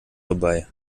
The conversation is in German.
vorbei